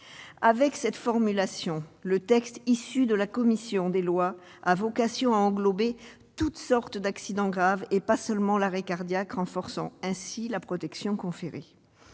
Avec cette formulation, le texte issu des travaux de la commission des lois a vocation à englober toute sorte d'accidents graves, et pas seulement l'arrêt cardiaque, renforçant ainsi la protection conférée.